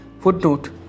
Footnote